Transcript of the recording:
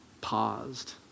paused